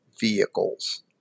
vehicles